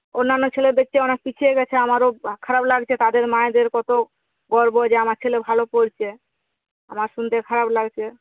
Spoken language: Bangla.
অন্যান্য ছেলেদের চেয়ে অনেক পিছিয়ে গেছে আমারও খারাপ লাগছে তাদের মায়েদের কত গর্ব যে আমার ছেলে ভালো পড়ছে আমার শুনতে খারাপ লাগছে